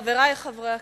חברי חברי הכנסת,